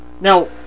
Now